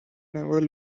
never